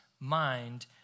Mind